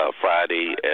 Friday